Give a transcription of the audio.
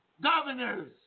governors